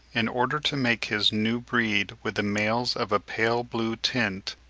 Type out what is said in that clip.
in order to make his new breed with the males of a pale-blue tint,